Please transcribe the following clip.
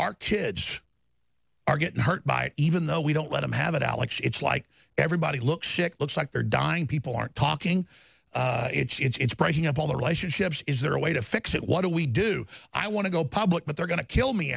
our kids are getting hurt by it even though we don't let them have it alex it's like everybody looks looks like they're dying people aren't talking it's breaking up all the relationships is there a way to fix it what do we do i want to go public but they're going to kill me